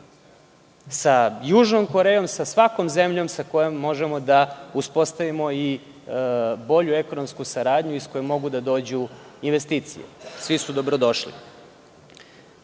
sa Južnom Korejom, sa svakom zemljom sa kojom možemo da uspostavimo i bolju ekonomsku saradnju iz koje mogu da dođu investicije. Svi su dobrodošli. Što